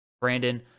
Brandon